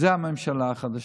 זו הממשלה החדשה.